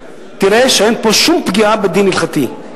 תראה שאין פה שום פגיעה בדין הלכתי,